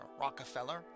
Rockefeller